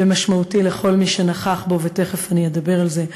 ומשמעותי לכל מי שנכח בו, ותכף אני אדבר על זה,